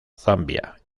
zambia